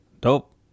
dope